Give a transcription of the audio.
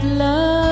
love